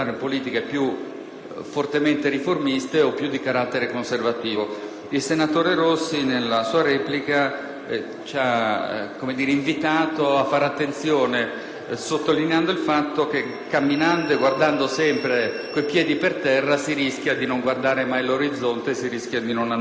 Il senatore Nicola Rossi, nella sua replica, ci ha invitato a fare attenzione, sottolineando il fatto che, camminando con lo sguardo a terra, si rischia di non guardare l'orizzonte e di non andare da nessuna parte.